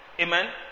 Amen